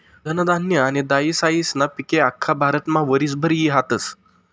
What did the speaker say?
धनधान्य आनी दायीसायीस्ना पिके आख्खा भारतमा वरीसभर ई हातस